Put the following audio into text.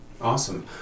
Awesome